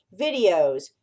videos